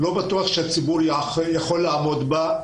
ולא בטוח שהציבור יכול לעמוד בה.